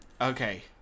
okay